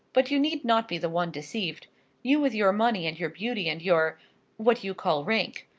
but you need not be the one deceived you with your money and your beauty and your what you call rank.